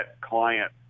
client